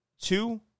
Two